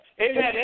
Amen